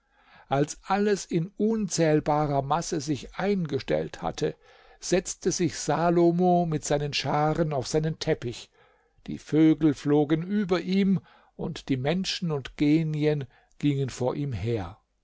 als alles in unzählbarer masse sich eingestellt hatte setzte sich salomo mit seinen scharen auf seinen teppich die vögel flogen über ihm und die menschen und genien gingen vor ihm her